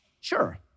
Sure